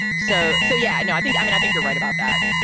so. so. yeah. no, i think i mean, i think you're right about that.